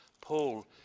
Paul